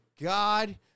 God